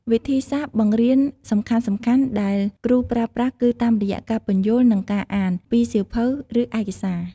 វិធីសាស្ត្របង្រៀនសំខាន់ៗដែលគ្រូប្រើប្រាស់គឺតាមរយៈ ការពន្យល់ និង ការអាន ពីសៀវភៅ ឬឯកសារ។